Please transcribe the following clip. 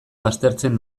baztertzen